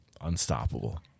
unstoppable